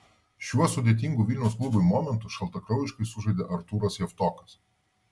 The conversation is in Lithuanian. šiuo sudėtingu vilniaus klubui momentu šaltakraujiškai sužaidė artūras javtokas